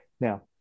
Now